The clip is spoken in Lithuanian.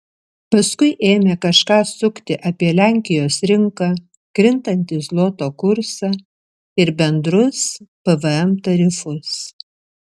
paskui ėmė kažką sukti apie lenkijos rinką krintantį zloto kursą ir bendrus pvm tarifus